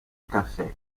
caffè